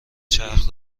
چرخ